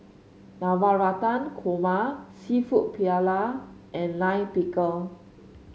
Navratan Korma seafood Paella and Lime Pickle